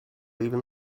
even